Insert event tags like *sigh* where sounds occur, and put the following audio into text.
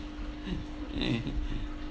*laughs* eh